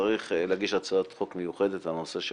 צריך להגיש הצעת חוק מיוחדת לנושא של